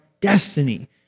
destiny